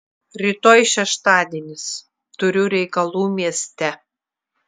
rytoj šeštadienis turiu reikalų mieste